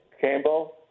Campbell